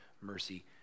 mercy